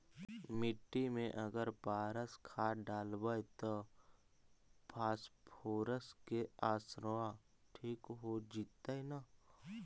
मिट्टी में अगर पारस खाद डालबै त फास्फोरस के माऋआ ठिक हो जितै न?